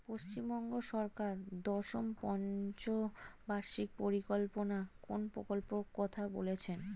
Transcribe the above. পশ্চিমবঙ্গ সরকার দশম পঞ্চ বার্ষিক পরিকল্পনা কোন প্রকল্প কথা বলেছেন?